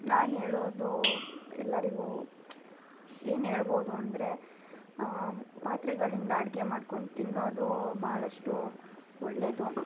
ನಾನು ಹೇಳೋದು ಎಲ್ಲರಿಗೂ ಏನು ಹೇಳ್ಬೋದು ಅಂದರೆ ಪಾತ್ರೆಗಳಿಂದ ಅಡುಗೆ ಮಾಡ್ಕೊಂಡು ತಿನ್ನೋದು ಬಹಳಷ್ಟು ಒಳ್ಳೆಯದು